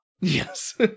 Yes